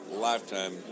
lifetime